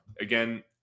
Again